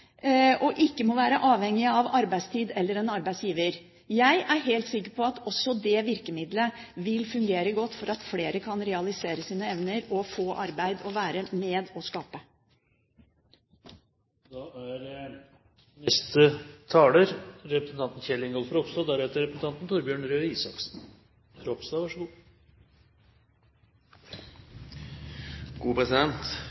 og ikke må være avhengig av arbeidstid eller av en arbeidsgiver. Jeg er helt sikker på at også dette virkemiddelet vil fungere godt, slik at flere kan realisere sine evner, få arbeid og være med og skape. Først må jeg få lov til å